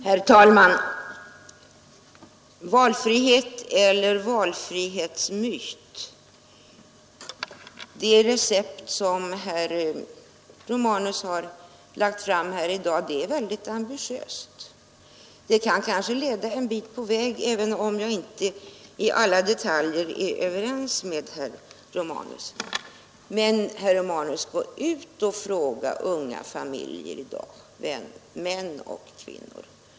Herr talman! Valfrihet eller valfrihetsmyt? Det recept som herr Romanus har lagt fram här i dag är väldigt ambitiöst. Det kan kanske leda en bit på väg, även om jag inte i alla detaljer är överens med herr Romanus. Men, herr Romanus, gå ut och fråga unga familjer i dag, män och kvinnor!